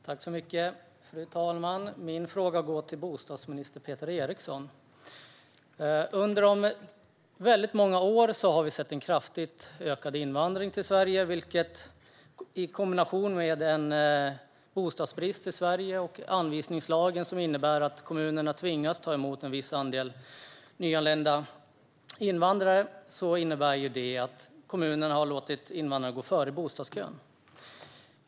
Fru talman! Min fråga går till bostadsminister Peter Eriksson. Under många år har vi sett en kraftigt ökad invandring till Sverige, vilket i kombination med bostadsbristen och anvisningslagen, som innebär att kommunerna tvingas ta emot en viss andel nyanlända invandrare, innebär att kommunerna har låtit invandrare gå före i bostadskön.